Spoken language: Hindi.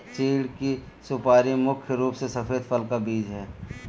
चीढ़ की सुपारी मुख्य रूप से सफेद फल का बीज है